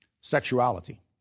Sexuality